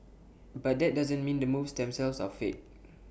but that doesn't mean the moves themselves are fake